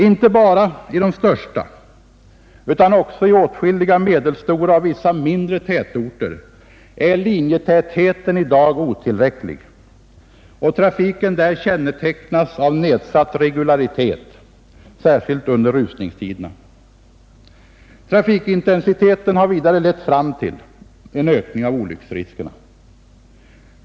Inte bara i de största utan också i åtskilliga medelstora och vissa mindre tätorter är linjetätheten i dag otillräcklig, och trafiken där kännetecknas av nedsatt regularitet, särskilt under rusningstiderna. Trafikintensiteten har vidare lett fram till en ökning av olycksriskerna.